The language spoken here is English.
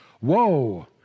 woe